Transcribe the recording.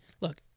look